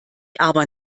aber